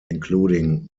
including